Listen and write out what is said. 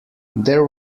there